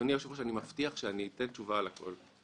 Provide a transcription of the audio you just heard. אדוני היושב-ראש, אני מבטיח שאתן תשובה על הכול.